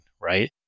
right